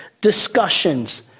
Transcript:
discussions